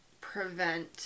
prevent